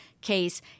case